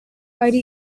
ari